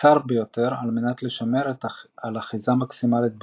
קצר ביותר על מנת לשמור על אחיזה מקסימלית בכביש.